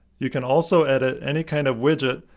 you can also edit any kind of widget,